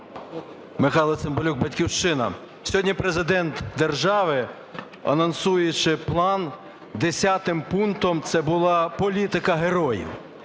Михайло Цимбалюк, "Батьківщина". Сьогодні Президент держави, анонсуючи план, десятим пунктом – це була політика героїв.